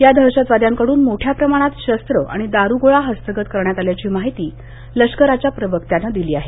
या दहशतवाद्यांकडून मोठ्या प्रमाणात शस्त्रं आणि दारूगोळा हस्तगत करण्यात आल्याची माहिती लष्कराच्या प्रवक्त्यानं दिली आहे